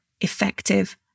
effective